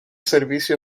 servicio